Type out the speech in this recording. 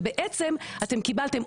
ובעצם אתם קיבלתם,